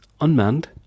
unmanned